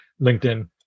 LinkedIn